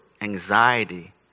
anxiety